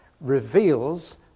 reveals